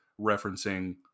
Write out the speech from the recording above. referencing